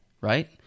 right